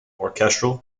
orchestral